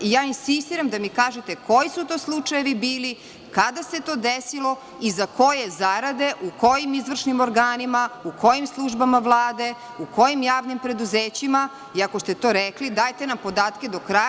Insistiram da mi kažete koji su to slučajevi bili, kada se to desilo i za koje zarade, u kojim izvršnim organima, u kojim službama Vlade, u kojim javnim preduzećima i ako ste to rekli, dajte nam podatke do kraja.